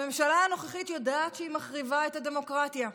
הממשלה הנוכחית יודעת שהיא מחריבה את הדמוקרטיה.